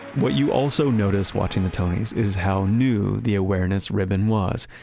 what you also notice watching the tony's, is how new the awareness ribbon was.